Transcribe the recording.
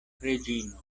reĝino